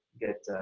get